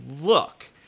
look